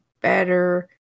better